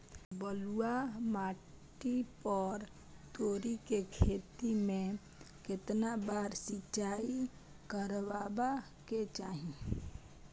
बलुआ माटी पर तोरी के खेती में केतना बार सिंचाई करबा के चाही?